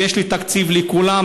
ויש לי תקציב לכולם,